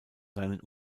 seinen